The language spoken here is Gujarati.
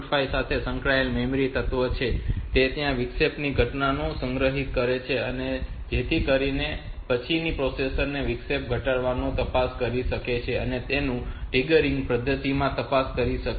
5 સાથે સંકળાયેલ મેમરી તત્વ છે જે વિક્ષેપની ઘટનાને સંગ્રહિત કરે છે જેથી કરીને પછીથી પ્રોસેસર તે વિક્ષેપની ઘટનાને તપાસી શકે છે અને તેની ટ્રિગરિંગ પદ્ધતિમાં તપાસ કરી શકે છે